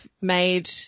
made